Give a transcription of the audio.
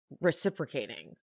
reciprocating